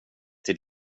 till